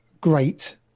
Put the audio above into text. great